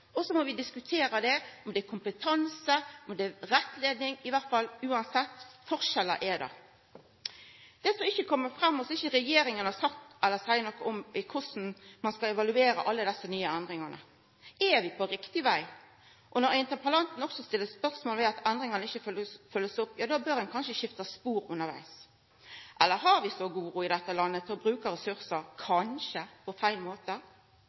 og så må vi diskutera det – om det er kompetanse, om det er rettleiing, i alle fall er det forskjellar uansett. Det som ikkje kjem fram, og som regjeringa ikkje seier noko om, er korleis ein skal evaluera alle desse nye endringane. Er vi på rett veg? Når også interpellanten stiller spørsmål ved om endringane ikkje blir følgde opp, bør ein kanskje skifta spor undervegs. Eller har vi så god råd i dette landet at vi kanskje brukar ressursar på